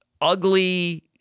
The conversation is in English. ugly